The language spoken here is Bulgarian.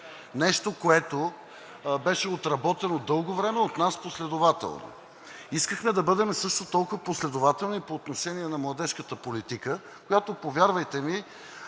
нещо, което беше отработено дълго време от нас последователно. Искахме да бъдем също толкова последователни и по отношение на младежката политика, която, повярвайте ми,